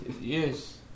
Yes